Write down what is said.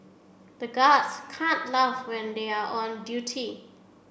the guards can't laugh when they are on duty